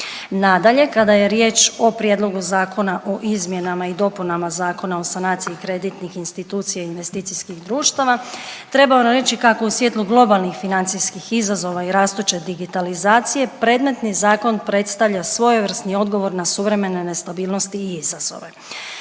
Nadalje, kada je riječ o Prijedlogu zakona o Izmjenama i dopunama Zakona o sanaciji kreditnih institucija i investicijskih društava, trebam reći kako u svjetlu globalnih financijskih izazova i rastuće digitalizacije predmetni zakon predstavlja svojevrsni odgovor na suvremene nestabilnosti i izazove.